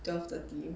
twelve thirty